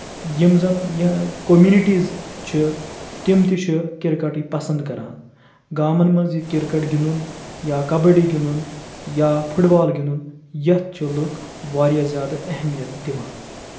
یِم زَن یہِ کومنِٹیٖز چھِ تِم تہِ چھِ کِرکَٹٕے پَسنٛد کَران گامَن منٛز یہِ کِرکَٹ گِنٛدُن یا کَبڈی گِنٛدُن یا فُٹ بال گِنٛدُن یَتھ چھُ لُکھ واریاہ زیادٕ اہمیت دِوان